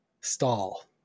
stall